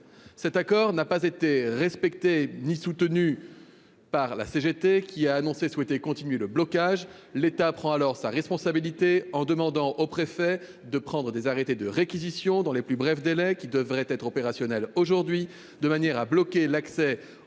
Cet accord n'a pas été respecté ni soutenu par la CGT, qui a annoncé souhaiter continuer le blocage. L'État prend alors ses responsabilités en demandant au préfet de prendre, dans les plus brefs délais, des arrêtés de réquisition, qui devraient être opérationnels aujourd'hui, de manière à débloquer l'accès au dépôt